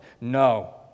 No